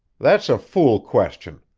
that's a fool question.